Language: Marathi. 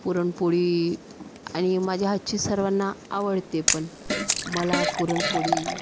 पुरणपोळी आणि माझ्या हातची सर्वांना आवडते पण मला पुरणपोळी